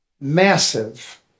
massive